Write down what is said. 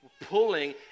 pulling